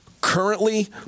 Currently